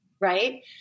Right